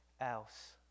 else